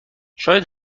شاید